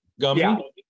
gummy